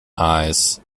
eyes